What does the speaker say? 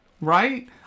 right